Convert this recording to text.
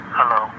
Hello